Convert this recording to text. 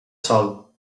sol